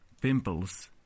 Pimples